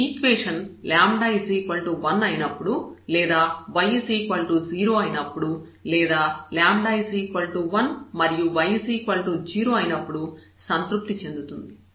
ఈ ఈక్వేషన్ 1 అయినప్పుడు లేదా y 0 అయినప్పుడు లేదా 1 మరియు y 0 అయినప్పుడు సంతృప్తి చెందుతుంది